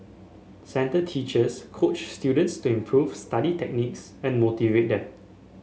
centre teachers coach students to improve study techniques and motivate them